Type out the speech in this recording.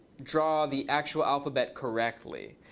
draw the actual alphabet correctly.